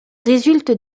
résulte